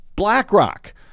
BlackRock